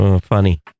Funny